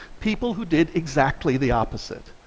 people who did exactly the opposite.